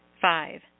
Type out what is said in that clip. Five